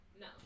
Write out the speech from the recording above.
No